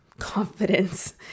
confidence